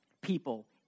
people